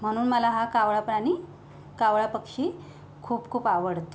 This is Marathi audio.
म्हणून मला हा कावळा प्राणी कावळा पक्षी खूप खूप आवडतो